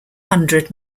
hundred